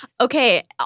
Okay